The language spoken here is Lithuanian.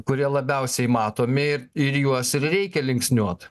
kurie labiausiai matomi ir juos ir reikia linksniuot